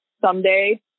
someday